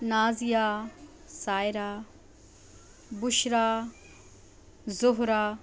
Nazia Saira Bushra Zahra